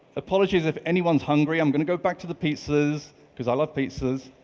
apologies if anyone's hungry, i'm going to go back to the pizzas because i love pizzas.